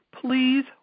Please